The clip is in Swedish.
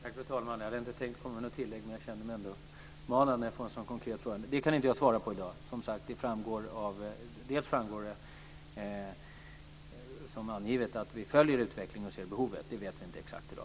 Fru talman! Jag hade inte tänkt komma med något inägg, men jag känner mig ändå manad när jag får en sådan konkret fråga. Den här frågan kan inte jag svara på i dag. Som sagt: Det framgår som angivet att vi följer utvecklingen och ser behovet, men vi vet inte exakt hur stort det är i dag.